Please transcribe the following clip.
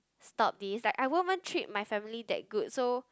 stop this like I won't want treat my family that good so